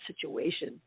situation